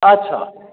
अच्छा